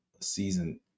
season